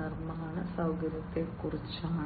നിർമ്മാണ സൌകര്യത്തെക്കുറിച്ചാണ്